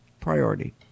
priority